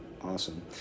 Awesome